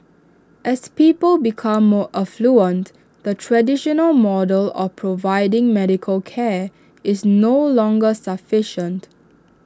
as people become more affluent the traditional model of providing medical care is no longer sufficient